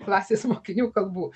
klasės mokinių kalbų